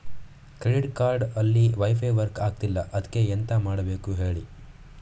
credit card ಅಲ್ಲಿ wifi work ಆಗ್ತಿಲ್ಲ ಅದ್ಕೆ ಎಂತ ಮಾಡಬೇಕು ಹೇಳಿ